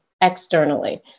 externally